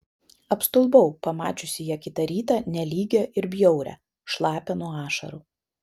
apstulbau pamačiusi ją kitą rytą nelygią ir bjaurią šlapią nuo ašarų